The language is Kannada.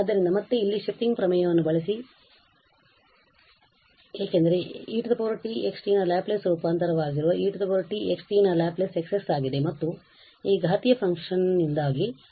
ಆದ್ದರಿಂದ ಮತ್ತೆ ಇಲ್ಲಿ ಶಿಫ್ಟಿಂಗ್ ಪ್ರಮೇಯವನ್ನು ಬಳಸಿ ಏಕೆಂದರೆ e tx ನ ಲ್ಯಾಪ್ಲೇಸ್ ರೂಪಾಂತರವಾಗಿರುವ e tx ನ ಲ್ಯಾಪ್ಲೇಸ್ X ಆಗಿದೆ ಮತ್ತು ಈ ಘಾತೀಯ ಫಂಕ್ಷನ್ ನಿಂದಾಗಿexponential function